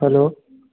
hello